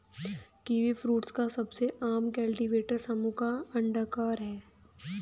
kiwifruit का सबसे आम कल्टीवेटर समूह अंडाकार है